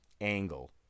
Angle